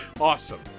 Awesome